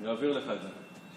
אני אעביר לך את זה.